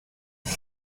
qui